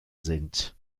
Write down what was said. sind